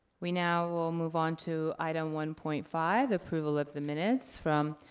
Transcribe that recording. we now will move on to item one point five, approval of the minutes from